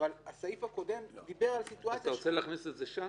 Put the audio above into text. אבל הסעיף הקודם דיבר על סיטואציה --- אתה רוצה להכניס את זה שם?